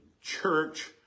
church